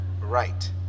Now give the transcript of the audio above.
Right